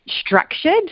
structured